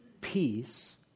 peace